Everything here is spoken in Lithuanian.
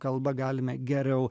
kalba galime geriau